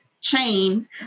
chain